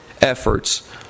efforts